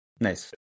Nice